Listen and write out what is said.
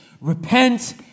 Repent